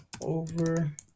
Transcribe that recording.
over